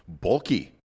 bulky